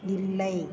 இல்லை